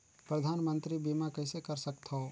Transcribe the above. परधानमंतरी बीमा कइसे कर सकथव?